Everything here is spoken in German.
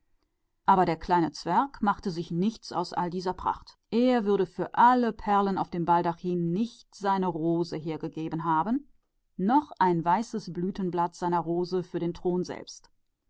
aber der kleine zwerg kümmerte sich nicht um all diese pracht er hatte seine rose nicht um alle perlen des thronhimmels weggegeben und nicht einmal ein blatt seiner rose um den ganzen thron selbst